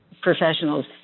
professionals